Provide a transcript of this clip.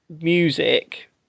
music